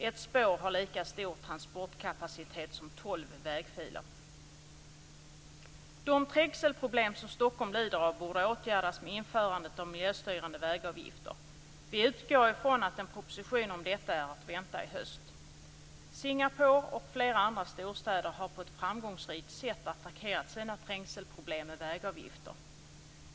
Ett spår har lika stor transportkapacitet som tolv vägfiler. De trängselproblem som Stockholm lider av borde åtgärdas med införandet av miljöstyrande vägavgifter. Vi utgår från att en proposition om detta är att vänta i höst. Singapore och flera andra storstäder har på ett framgångsrikt sätt attackerat sina trängselproblem med vägavgifter.